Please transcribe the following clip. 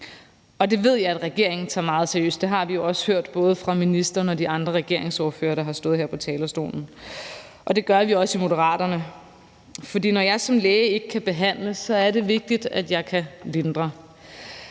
det ved jeg at regeringen tager meget seriøst, og det har vi jo også hørt både fra ministeren og de andre regeringsordførere, der har stået her på talerstolen, og det gør vi også i Moderaterne. For når jeg som læge ikke kan behandle, så er det vigtigt, at jeg kan lindre.